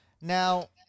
Now